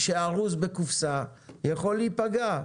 שארוז בקופסה יכול להיפגע.